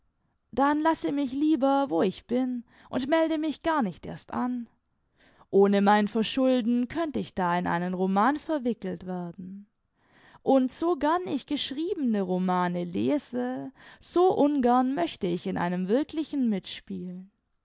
dann lasse mich lieber wo ich bin und melde mich gar nicht erst an ohne mein verschulden könnt ich da in einen roman verwickelt werden und so gern ich geschriebene romane lese so ungern möchte ich in einem wirklichen mitspielen